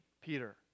Peter